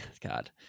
God